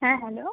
হ্যাঁ হ্যালো